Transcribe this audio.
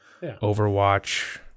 Overwatch